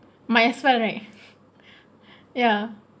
might as well right ya